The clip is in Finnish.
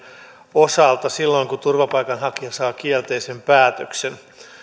osalta silloin kun turvapaikanhakija saa kielteisen päätöksen